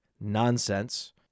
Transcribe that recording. Nonsense